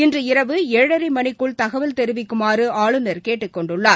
இன்று இரவு ஏழரை மணிக்குள் தகவல் தெரிவிக்குமாறு ஆளுநர் கேட்டுக்கொண்டுள்ளார்